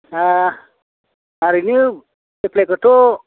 थारैनो एप्लायखौथ'